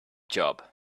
job